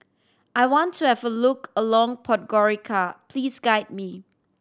I want to have a look alone Podgorica please guide me